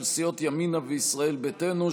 של סיעות ימינה וישראל ביתנו,